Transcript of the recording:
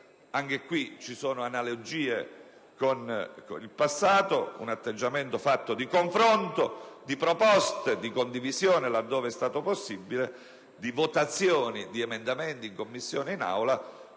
Anche qui ci sono analogie con il passato. Si tratta di un atteggiamento fatto di confronto, proposte di condivisione, laddove è stato possibile, di votazioni di emendamenti, in Commissione e in Aula,